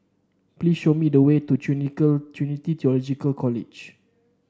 please show me the way to Trinity Theological College